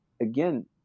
again